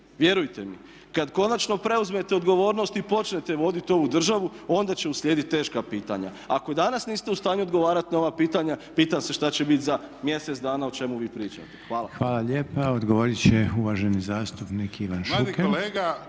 vjerujte mi. Kad konačno preuzmete odgovornost i počnete voditi ovu državu onda će uslijediti teška pitanja. Ako i danas niste u stanju odgovarati na ova pitanja, pitam se šta će biti za mjesec dana o čemu vi pričate. Hvala. **Reiner, Željko (HDZ)** Hvala lijepa. Odgovorit će uvaženi zastupnik Ivan Šuker.